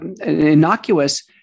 innocuous